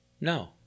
No